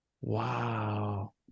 Wow